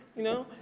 you know,